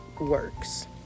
works